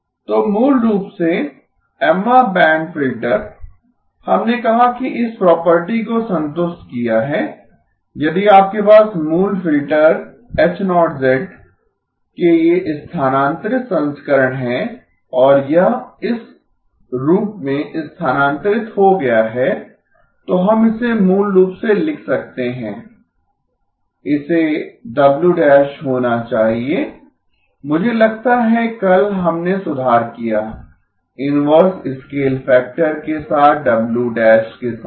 तो मूल रूप से Mवाँ बैंड फ़िल्टर हमने कहा कि इस प्रॉपर्टी को संतुष्ट किया है यदि आपके पास मूल फ़िल्टर H 0 के ये स्थानांतरित संस्करण हैं और यह इस रूप में स्थानांतरित हो गया है तो हम इसे मूल रूप से लिख सकते हैं इसे W ♱ होना चाहिए मुझे लगता है कल हमने सुधार किया इनवर्स स्केल फैक्टर के साथ W ♱के समान